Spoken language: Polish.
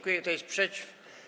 Kto jest przeciw?